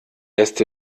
erste